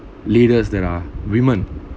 leaders that are women